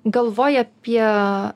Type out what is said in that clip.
galvoji apie